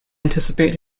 anticipate